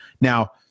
Now